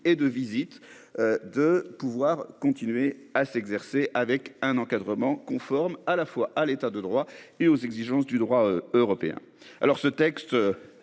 et de visites. De pouvoir continuer à s'exercer avec un encadrement conforme à la fois à l'état de droit et aux exigences du droit européen. Alors ce texte